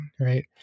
right